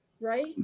right